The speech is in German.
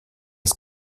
des